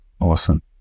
awesome